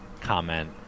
comment